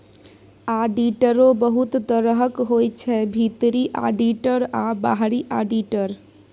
आडिटरो बहुत तरहक होइ छै भीतरी आडिटर आ बाहरी आडिटर